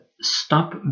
stop